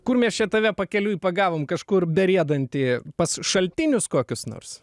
kur mes čia tave pakeliui pagavom kažkur beriedantį pas šaltinius kokius nors